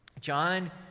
John